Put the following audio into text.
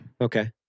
Okay